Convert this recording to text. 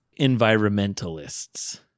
environmentalists